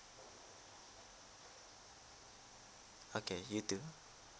okay you too